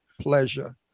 pleasure